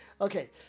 okay